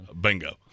bingo